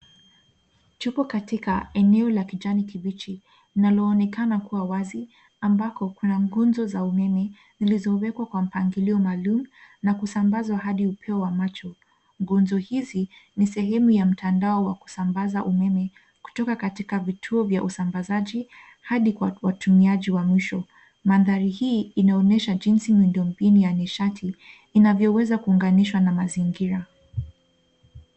Tuko katika eneo la kijani kibichi linaloonekana kuwa wazi ambako kuna nguzo za umeme zilizowekwa kwa mpangilio maalum na kusambazwa hadi upeo wa macho. Nguzo hizi ni sehemu ya mtandao wa kusambaza umeme kutoka katika vituo vya usambazaji hadi kwa watumiaji wa mwisho. Mandhari hii inaonyesha jinsi miundo mbinu ya nishati inavyoweza kuunganishwa na mazingira.